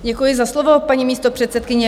Děkuji za slovo, paní místopředsedkyně.